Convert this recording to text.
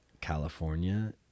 California